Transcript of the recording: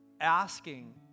asking